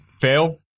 fail